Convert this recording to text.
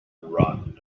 run